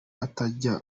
atajya